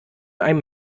einem